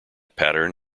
pattern